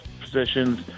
positions